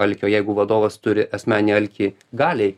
alkio jeigu vadovas turi asmeninį alkį galiai